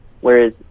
whereas